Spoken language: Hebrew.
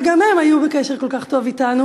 וגם הם היו בקשר כל כך טוב אתנו?